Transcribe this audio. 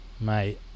Mate